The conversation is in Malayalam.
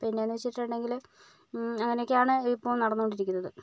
പിന്നെ എന്ന് വെച്ചിട്ടുണ്ടെങ്കില് അങ്ങനെയൊക്കെയാണ് ഇപ്പോൾ നടന്ന് കൊണ്ടിരിക്കുന്നത്